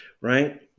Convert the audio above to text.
right